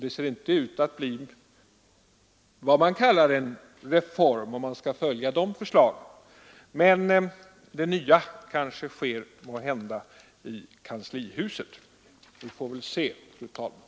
Det ser inte ut att bli vad man kallar en reform, om vi skall följa de förslagen. Men det nya kanske sker i kanslihuset. Vi får väl se, fru talman!